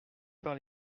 par